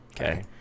Okay